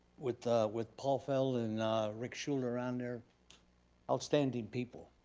with with paul fell and rick shular around, they're outstanding people.